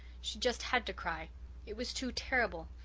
she just had to cry it was too terrible.